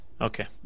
Okay